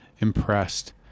impressed